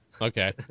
Okay